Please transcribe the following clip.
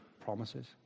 promises